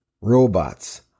robots